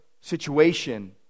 situation